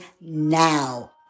Now